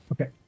Okay